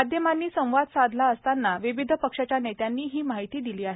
माध्यमांनी संवाद साधला असता विविध पक्षाच्या नेत्यांनी ही माहिती दिली आहे